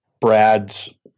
Brad's